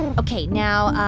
ok. now,